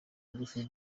ingufu